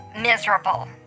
miserable